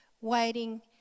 waiting